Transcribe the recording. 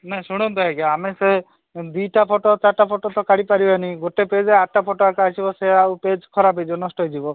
ନା ଶୁଣନ୍ତୁ ଆଜ୍ଞା ଆମେ ସେ ଦୁଇଟା ଫଟୋ ଚାରିଟା ଫଟୋ ତ କାଢ଼ି ପାରିବାନି ଗୋଟେ ପେଜରେ ଆଠଟା ଫଟୋ ଏକା ଆସିବ ସେ ଆଉ ପେଜ୍ ଖରାପ ହେଇଯିବ ନଷ୍ଟ ହେଇଯିବ